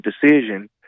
decision